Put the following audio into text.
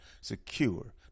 secure